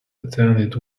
attended